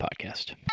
Podcast